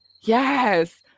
Yes